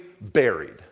buried